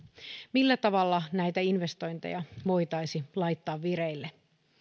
millä tavalla näitä investointeja voitaisiin laittaa vireille